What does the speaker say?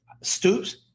Stoops